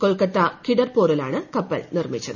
കൊൽക്കത്ത കിഡർപോറിലാണ് കപ്പൽ നിർമിച്ചത്